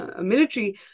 military